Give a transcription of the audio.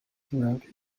throughout